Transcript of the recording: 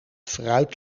fruit